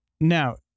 Now